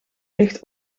ligt